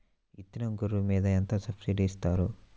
విత్తనం గొర్రు మీద ఎంత సబ్సిడీ ఇస్తారు?